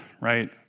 right